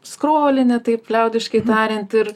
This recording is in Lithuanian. skrolini taip liaudiškai tariant ir